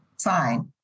Fine